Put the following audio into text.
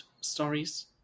stories